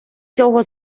цього